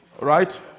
Right